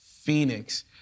Phoenix